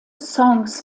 songs